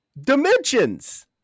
dimensions